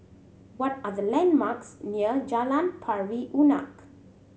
what are the landmarks near Jalan Pari Unak